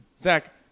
Zach